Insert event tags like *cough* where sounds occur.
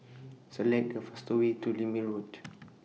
Select The fastest Way to Lermit Road *noise*